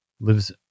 lives